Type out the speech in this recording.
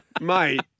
Mate